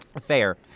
Fair